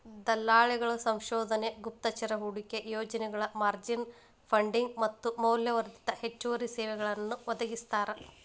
ದಲ್ಲಾಳಿಗಳ ಸಂಶೋಧನೆ ಗುಪ್ತಚರ ಹೂಡಿಕೆ ಯೋಜನೆಗಳ ಮಾರ್ಜಿನ್ ಫಂಡಿಂಗ್ ಮತ್ತ ಮೌಲ್ಯವರ್ಧಿತ ಹೆಚ್ಚುವರಿ ಸೇವೆಗಳನ್ನೂ ಒದಗಿಸ್ತಾರ